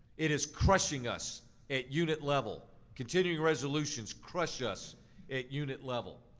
it is crushing us at unit level. continuing resolutions crush us at unit level.